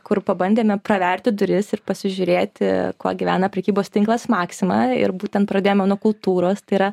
kur pabandėme praverti duris ir pasižiūrėti kuo gyvena prekybos tinklas maxima ir būtent pradėjome nuo kultūros tai yra